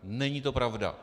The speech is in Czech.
Není to pravda.